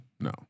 No